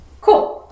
Cool